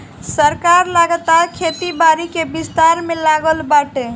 सरकार लगातार खेती बारी के विस्तार में लागल बाटे